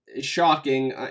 shocking